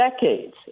Decades